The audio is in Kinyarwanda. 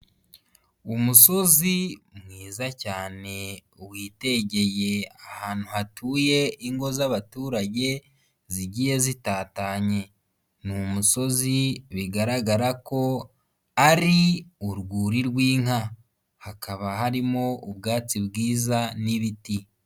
Umusozi mwiza cyane witegeye ahantu hatuye ingo z'abaturage zigiye zitatanye, ni umusozi bigaragara ko ari urwuri rw'inka, hakaba harimo ubwatsi bwiza n'ibiti.